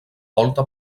volta